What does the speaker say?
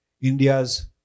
India's